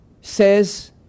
says